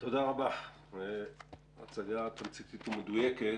תודה רבה, הצגה תמציתית ומדויקת.